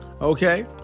Okay